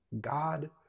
God